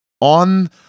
on